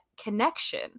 connection